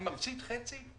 אז כל מוצר כזה אני מפסיד חצי.